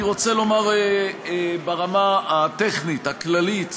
אני רוצה לומר ברמה הטכנית הכללית